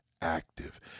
active